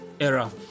era